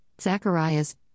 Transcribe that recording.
Zacharias